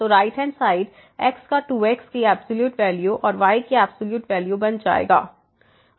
तो right hand side x का 2 x की एब्सॉल्यूट वैल्यू और y की एब्सॉल्यूट वैल्यू बन जाएगा